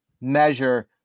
measure